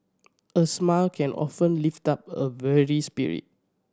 a smile can often lift up a weary spirit